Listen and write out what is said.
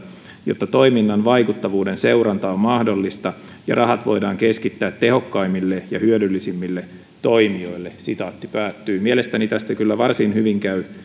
jotta toiminnan vaikuttavuuden seuranta on mahdollista ja rahat voidaan keskittää tehokkaimmille ja hyödyllisimmille toimijoille mielestäni tästä kyllä varsin hyvin käy